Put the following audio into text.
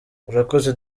urakoze